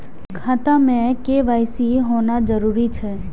खाता में के.वाई.सी होना जरूरी छै?